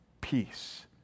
peace